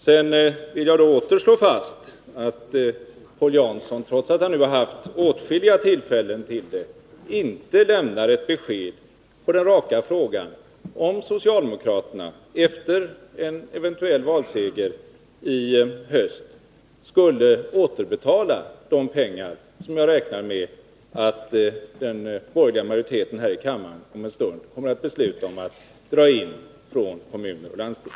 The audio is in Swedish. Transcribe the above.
Sedan vill jag åter slå fast att Paul Jansson, trots att han nu har haft åtskilliga tillfällen till det, inte lämnar ett svar på den raka frågan, om socialdemokraterna efter en eventuell valseger i höst skulle återbetala de pengar som jag räknar med att den borgerliga majoriteten här i kammaren om en stund kommer att besluta att dra in från kommuner och landsting.